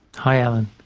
hi, alan.